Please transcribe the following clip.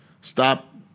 Stop